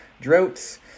droughts